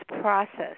process